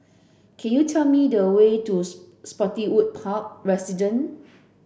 can you tell me the way to Spottiswoode Residences